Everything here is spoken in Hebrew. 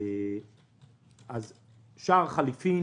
שער חליפין